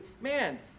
Man